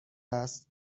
است